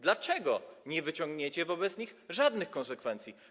Dlaczego nie wyciągniecie wobec nich żadnych konsekwencji?